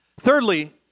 Thirdly